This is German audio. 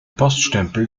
poststempel